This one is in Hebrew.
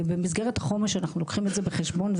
במסגרת החומש אנחנו לוקחים את זה בחשבון,